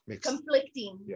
conflicting